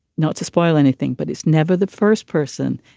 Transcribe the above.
not to spoil anything, but it's never the first person.